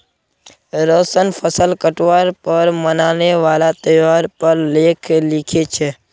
रोशन फसल काटवार पर मनाने वाला त्योहार पर लेख लिखे छे